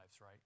right